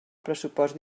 pressupost